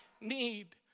need